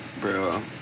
Bro